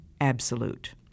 absolute